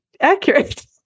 accurate